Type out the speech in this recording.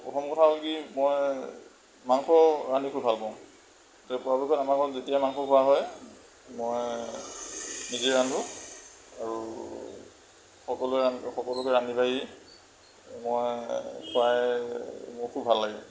প্ৰথম কথা হ'ল কি মই মাংস ৰান্ধি খুব ভাল পাওঁ পৰাপক্ষত আমাৰ ঘৰত যেতিয়া মাংস খোৱা হয় মই নিজেই ৰান্ধোঁ আৰু সকলোৱে আমি সকলোকে ৰান্ধি বাঢ়ি মই খুৱাই মোৰ খুব ভাল লাগে